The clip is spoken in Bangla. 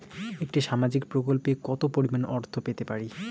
একটি সামাজিক প্রকল্পে কতো পরিমাণ অর্থ পেতে পারি?